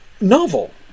novel